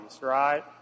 right